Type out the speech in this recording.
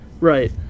Right